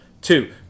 Two